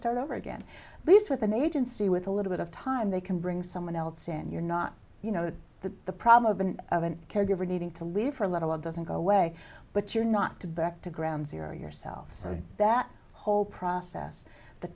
start over again this with an agency with a little bit of time they can bring someone else in you're not you know the the problem of an of an caregiver needing to leave for a little while doesn't go away but you're not to back to ground zero yourself so that whole process the